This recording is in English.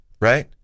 right